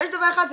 ויש דבר אחד,